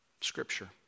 scripture